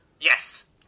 Yes